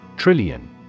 Trillion